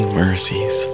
mercies